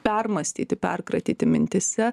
permąstyti perkratyti mintyse